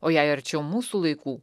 o jei arčiau mūsų laikų